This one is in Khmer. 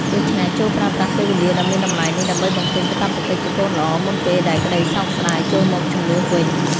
ដូច្នេះ ចូរប្រើប្រាស់ពេលវេលាដ៏មានតម្លៃនេះ ដើម្បីបំពេញកាតព្វកិច្ចជាកូនល្អ មុនពេលដែលក្តីសោកស្តាយចូលមកជំនួសវិញ។